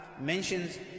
mentions